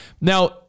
Now